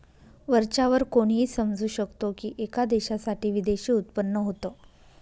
वरच्या वर कोणीही समजू शकतो की, एका देशासाठी विदेशी उत्पन्न होत